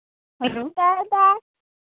hello